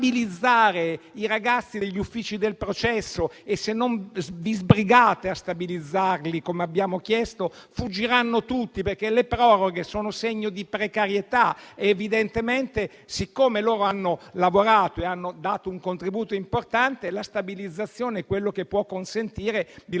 stabilizzare i ragazzi degli uffici del processo, perché, se non vi sbrigate a farlo - come abbiamo chiesto - fuggiranno tutti perché le proroghe sono segno di precarietà. Evidentemente, siccome hanno lavorato e hanno dato un contributo importante, la stabilizzazione è quello che può consentire